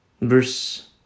Verse